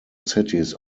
cities